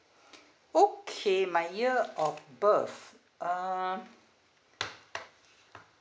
okay my year of birth uh